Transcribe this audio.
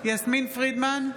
יסמין פרידמן,